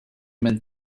minn